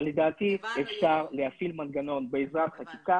אבל לדעתי אפשר להפעיל מנגנון בעזרת חקיקה